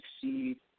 succeed